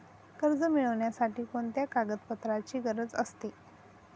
कर्ज मिळविण्यासाठी कोणत्या कागदपत्रांची गरज असते?